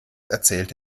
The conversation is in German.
erzählt